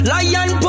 Lion